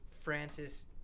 Francis